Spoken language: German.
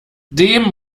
dem